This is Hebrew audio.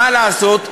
מה לעשות,